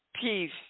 peace